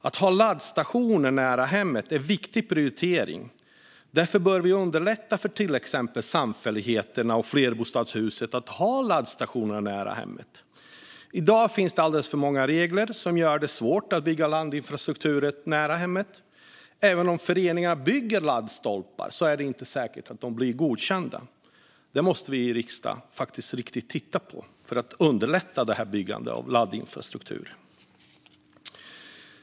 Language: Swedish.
Att ha laddstationer nära hemmet är en viktig prioritering, och därför bör vi underlätta för till exempel samfälligheter och flerbostadshus att ha laddstationer nära hemmet. I dag finns det alldeles för många regler som gör det svårt att bygga laddinfrastruktur nära hemmet. Även om föreningar bygger laddstolpar är det inte säkert att de blir godkända. Det måste vi i riksdagen titta på för att underlätta byggande av laddinfrastruktur.